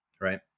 right